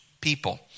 people